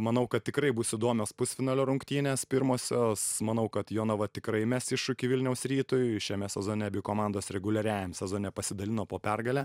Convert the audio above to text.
manau kad tikrai bus įdomios pusfinalio rungtynės pirmosios manau kad jonava tikrai mes iššūkį vilniaus rytui šiame sezone abi komandos reguliariajam sezone pasidalino po pergalę